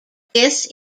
this